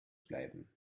bleiben